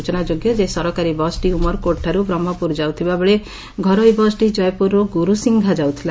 ସ୍ଚନାଯୋଗ୍ୟ ଯେ ସରକାରୀ ବସ୍ଟି ଉମରକୋର୍ଟଠାରୁ ବ୍ରହ୍କପୁର ଯାଉଥିବାବେଳେ ଘରୋଇ ବସ୍ଟି କୟପୁରରୁ ଗୁରୁସିଂଘା ଯାଉଥିଲା